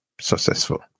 successful